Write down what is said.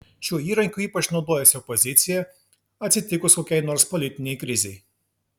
šiuo įrankiu ypač naudojasi opozicija atsitikus kokiai nors politinei krizei